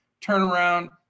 turnaround